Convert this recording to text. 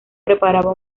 preparaba